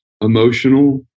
emotional